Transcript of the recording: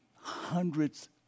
hundreds